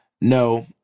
no